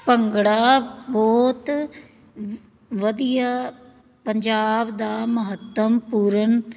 ਭੰਗੜਾ ਬਹੁਤ ਵ ਵਧੀਆ ਪੰਜਾਬ ਦਾ ਮਹੱਤਵਪੂਰਨ